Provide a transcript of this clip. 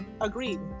Agreed